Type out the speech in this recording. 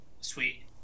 Sweet